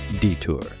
Detour